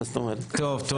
תודה.